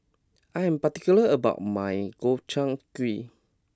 I am particular about my Gobchang Gui